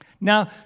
Now